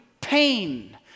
pain